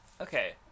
Okay